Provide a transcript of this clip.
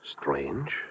Strange